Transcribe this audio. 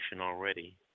already